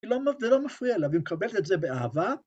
זה לא מפריע לה, והיא מקבלת את זה באהבה.